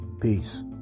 Peace